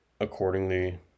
accordingly